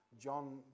John